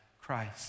Christ